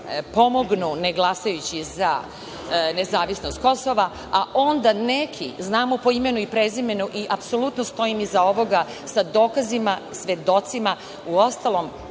pomognu ne glasajući za nezavisnost Kosova, a onda neki, znamo po imenu i prezimenu, i apsolutno stojim iza ovoga sa dokazima, svedocima, uostalom